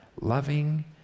loving